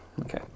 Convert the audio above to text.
okay